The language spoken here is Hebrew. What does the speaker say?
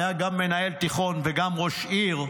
היה גם מנהל תיכון וגם ראש עיר.